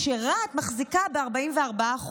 כשרהט מחזיקה ב-44%.